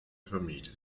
famiglie